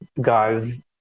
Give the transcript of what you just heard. guys